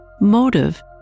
motive